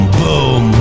boom